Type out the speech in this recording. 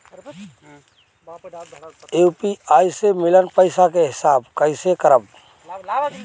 UPI से मिलल पईसा के हिसाब कइसे करब?